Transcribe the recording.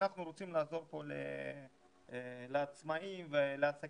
אנחנו רוצים לעזור פה לעצמאים ולעסקים